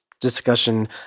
discussion